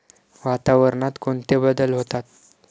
वातावरणात कोणते बदल होतात?